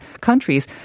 countries